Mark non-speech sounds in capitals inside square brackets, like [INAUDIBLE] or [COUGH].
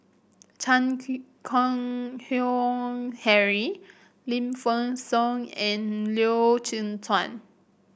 Chan [UNINTELLIGIBLE] Keng Howe Harry Lim Fei Shen and Loy Chye Chuan